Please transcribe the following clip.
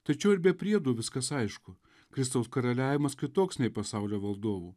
tačiau ir be priedų viskas aišku kristaus karaliavimas kitoks nei pasaulio valdovų